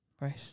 Right